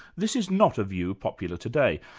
this is not a view popular today,